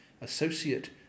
Associate